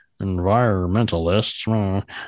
environmentalists